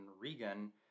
Regan